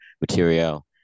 material